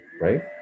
right